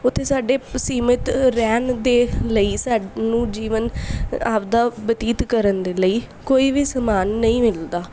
ਉੱਥੇ ਸਾਡੇ ਸੀਮਤ ਰਹਿਣ ਦੇ ਲਈ ਸਾਨੂੰ ਜੀਵਨ ਆਪਣਾ ਬਤੀਤ ਕਰਨ ਦੇ ਲਈ ਕੋਈ ਵੀ ਸਮਾਨ ਨਹੀਂ ਮਿਲਦਾ